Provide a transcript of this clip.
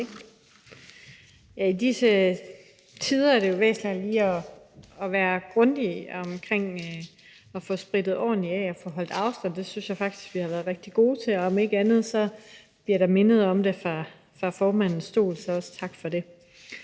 i disse tider er det jo væsentligt lige at være grundig omkring at få sprittet ordentligt af og få holdt afstand, og det synes jeg faktisk vi har været rigtig gode til. Om ikke andet bliver jeg da mindet om det fra formandens stol, så også tak for det.